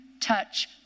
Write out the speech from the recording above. touch